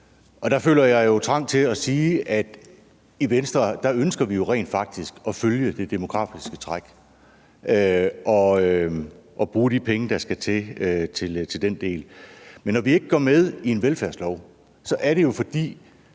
Der føler jeg trang til at sige, at vi jo i Venstre rent faktisk ønsker at følge det demografiske træk og bruge de penge, der skal til, til den del. Men når vi ikke går med i en velfærdslov, er det jo, fordi